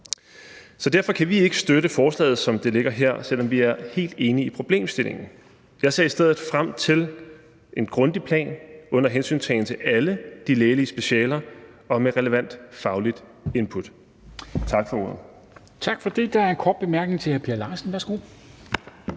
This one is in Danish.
på. Derfor kan vi ikke støtte forslaget, som det ligger her, selv om vi er helt enige i problemstillingen. Jeg ser i stedet frem til en grundig plan under hensyntagen til alle de lægelige specialer og med relevant fagligt input. Tak for ordet. Kl. 13:40 Formanden (Henrik Dam Kristensen): Tak for